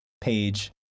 page